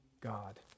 God